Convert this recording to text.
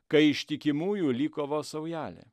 kai ištikimųjų liko vos saujelė